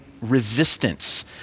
resistance